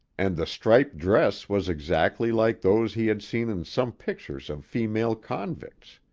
and the striped dress was exactly like those he had seen in some pictures of female convicts.